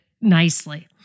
nicely